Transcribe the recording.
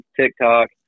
TikTok